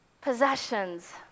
possessions